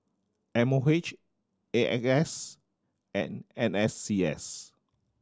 M O H A X S and N S C S